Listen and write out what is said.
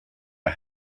are